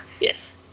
Yes